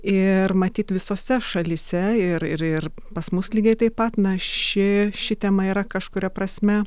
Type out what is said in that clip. ir matyt visose šalyse ir ir ir pas mus lygiai taip pat na ši ši tema yra kažkuria prasme